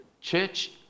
church